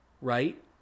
right